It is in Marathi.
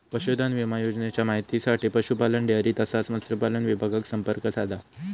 पशुधन विमा योजनेच्या माहितीसाठी पशुपालन, डेअरी तसाच मत्स्यपालन विभागाक संपर्क साधा